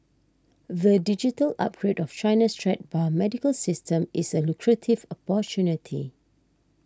the digital upgrade of China's threadbare medical system is a lucrative opportunity